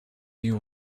you